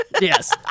Yes